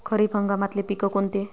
खरीप हंगामातले पिकं कोनते?